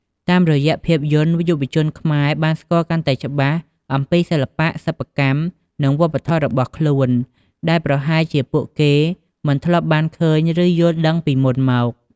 តាមរយៈភាពយន្ត យុវជនខ្មែរបាន ស្គាល់កាន់តែច្បាស់អំពីសិល្បៈ សិប្បកម្ម និងវប្បធម៌របស់ខ្លួន ដែលប្រហែលជាពួកគេមិនធ្លាប់បានឃើញ ឬយល់ដឹងពីមុនមក។